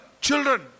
children